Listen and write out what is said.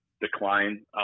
decline